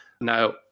Now